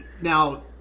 Now